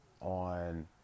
on